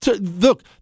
Look